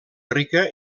rica